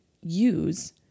use